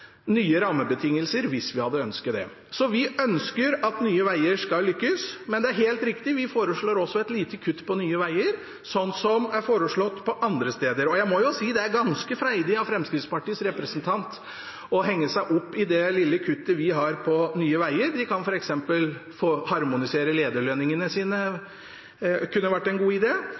nye rammebetingelser hvis vi hadde ønsket det. Vi ønsker at Nye Veier skal lykkes, men det er helt riktig at vi foreslår et lite kutt for Nye Veier, noe som også er foreslått andre steder. Jeg må si det er ganske freidig av Fremskrittspartiets representant å henge seg opp i det lille kuttet vi har for Nye Veier. De kan f.eks. harmonisere lederlønningene sine – det kunne vært en god